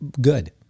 good